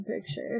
picture